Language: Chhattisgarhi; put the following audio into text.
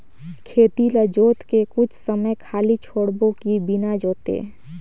खेत ल जोत के कुछ समय खाली छोड़बो कि बिना जोते?